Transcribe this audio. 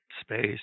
Space